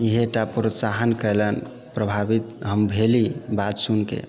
इएह टा प्रोत्साहन कयलनि प्रभावित हम भेली बात सुनिके